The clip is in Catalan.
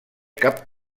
cap